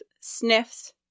sniffs